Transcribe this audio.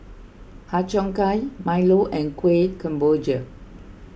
Har Cheong Gai Milo and Kuih Kemboja